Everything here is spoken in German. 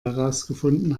herausgefunden